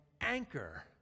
anchor